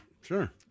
Sure